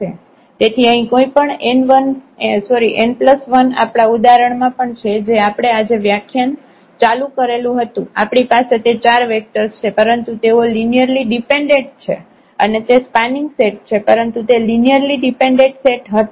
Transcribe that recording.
તેથી અહીં કોઈપણ n1 આપણા ઉદાહરણમાં પણ છે જે આપણે આજે વ્યાખ્યાન ચાલુ કરેલું હતું આપણી પાસે તે 4 વેક્ટર્સ છે પરંતુ તેઓ લિનિયરલી ડિપેન્ડેન્ટ છે અને તે સ્પાનિંગ સેટ છે પરંતુ તે લિનિયરલી ડિપેન્ડેન્ટ સેટ હતા